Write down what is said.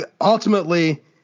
ultimately